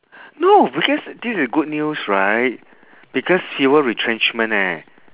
no because this is good news right because fewer retrenchment eh